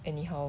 anyhow